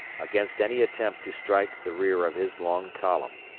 against any attempt to strike the rear of his long column.